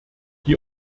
die